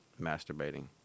masturbating